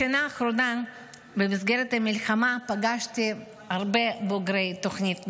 בשנה האחרונה במסגרת המלחמה פגשתי הרבה בוגרי תוכנית נעל"ה,